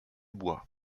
bois